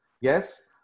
Yes